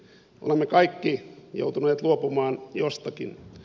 olemme kaikki joutuneet luopumaan jostakin